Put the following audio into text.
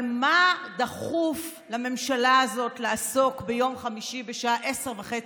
אבל מה דחוף לממשלה הזאת לעסוק בו ביום חמישי בשעה 22:30?